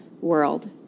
world